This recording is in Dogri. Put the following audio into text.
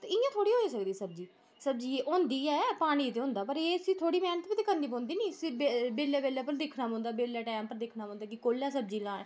ते इ'यां थोह्ड़ी होई सकदी सब्ज़ी सब्ज़ी होंदी ऐ पानी ते होंदा पर एह् थोह्ड़ी उसी मैह्नत बी करना पौंदी नी इसी ते बेल्लै बेल्लै पर दिक्खना पौंदा बेल्लै टैम पर दिक्खना पौंदा कि कोलै सब्ज़ी लानी